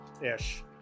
ish